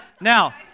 Now